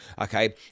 okay